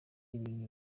ibintu